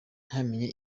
ntamenye